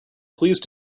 please